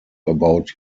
about